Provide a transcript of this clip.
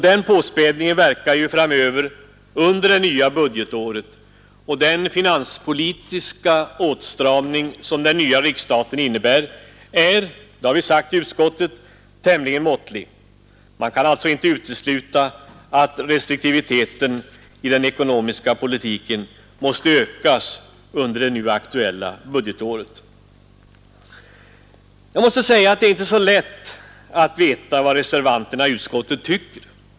Den påspädningen verkar ju framöver under det nya budgetåret, och den finanspolitiska åtstramning som den nya riksstaten innebär är — det har vi sagt i utskottet — tämligen måttlig. Man kan alltså inte utesluta att restriktiviteten i den ekonomiska politiken måste ökas under det nu aktuella budgetåret. Jag måste säga att det inte är så lätt att veta vad reservanterna i utskottet tycker.